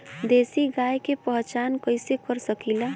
देशी गाय के पहचान कइसे कर सकीला?